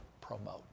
promote